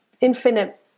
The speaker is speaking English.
infinite